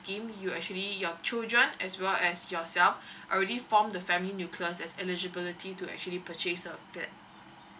scheme you actually your children as well as yourself already formed the family nucleus as eligibility to actually purchase the flat